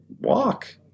walk